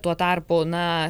tuo tarpu na